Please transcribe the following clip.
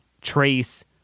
trace